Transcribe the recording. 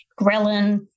ghrelin